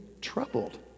troubled